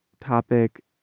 topic